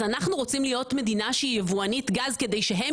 אנחנו רוצים להיות מדינה שהיא יבואנית גז כדי שהם